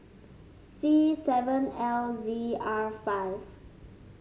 C seven L Z R five